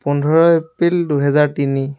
পোন্ধৰ এপ্ৰিল দুহেজাৰ তিনি